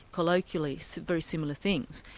colloquially, so very similar things,